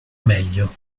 meglio